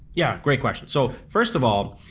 yeah, great question. so first of all,